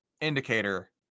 indicator